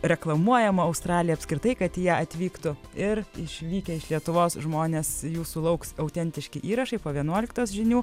reklamuojama australija apskritai kad jie atvyktų ir išvykę iš lietuvos žmonės jūsų lauks autentiški įrašai po vienuoliktos žinių